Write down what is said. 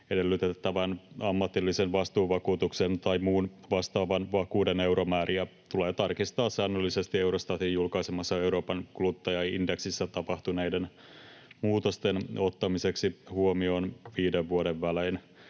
edellytettävän ammatillisen vastuuvakuutuksen tai muun vastaavan vakuuden euromääriä tulee tarkistaa säännöllisesti Eurostatin julkaisemassa Euroopan kuluttajaindeksissä tapahtuneiden muutosten ottamiseksi huomioon viiden vuoden välein.